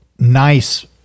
Nice